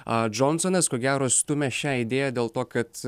a džonsonas ko gero stumia šią idėją dėl to kad